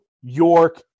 York